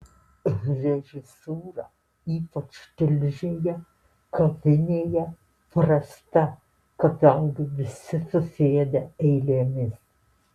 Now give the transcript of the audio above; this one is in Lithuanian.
režisūra ypač tilžėje kavinėje prasta kadangi visi susėdę eilėmis